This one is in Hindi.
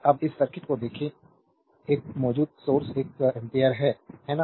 अब इस सर्किट को देखें एक मौजूदा सोर्स एक एम्पीयर है है ना